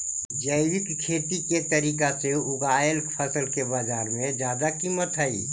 जैविक खेती के तरीका से उगाएल फसल के बाजार में जादा कीमत हई